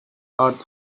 earth